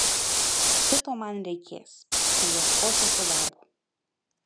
šito man reikės kai ieškosiuosi darbo